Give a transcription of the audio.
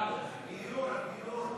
בדל"ת, דיור.